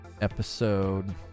episode